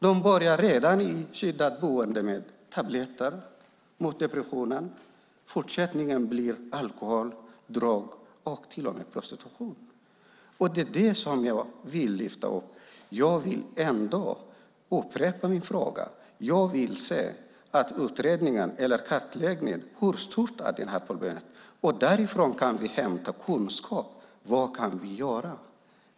De börjar redan i skyddat boende med tabletter mot depressioner. Fortsättningen blir alkohol, droger och till och med prostitution. Detta vill jag lyfta upp. Jag upprepar att jag vill se en utredning eller kartläggning av hur stort detta problem är. Därifrån kan vi sedan hämta kunskap om vad vi kan göra.